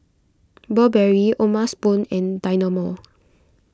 Burberry O'ma Spoon and Dynamo